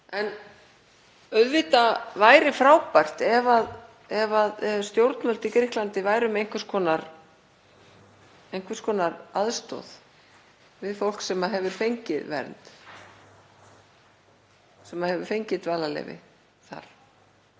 Auðvitað væri frábært ef stjórnvöld í Grikklandi væru með einhvers konar aðstoð við fólk sem hefur fengið vernd, sem hefur fengið dvalarleyfi þar,